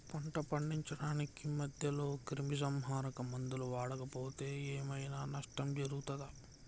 పంట పండించడానికి మధ్యలో క్రిమిసంహరక మందులు వాడకపోతే ఏం ఐనా నష్టం జరుగుతదా?